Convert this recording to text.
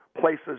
places